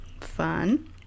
Fun